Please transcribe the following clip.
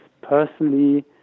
personally